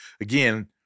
again